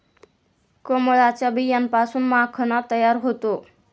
कमळाच्या बियांपासून माखणा तयार होतो